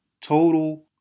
Total